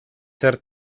ser